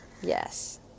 Yes